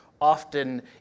often